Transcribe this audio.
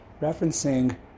referencing